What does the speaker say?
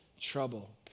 trouble